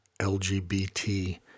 LGBT